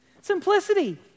simplicity